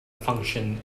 function